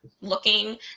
looking